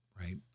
Right